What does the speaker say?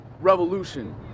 revolution